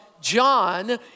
John